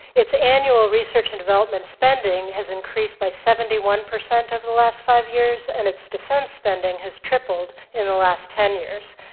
its annual research and development spending has increased by seventy one percent over the last five years, and its defense spending has tripled in the last ten years.